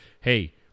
hey